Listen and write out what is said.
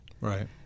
Right